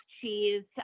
cheese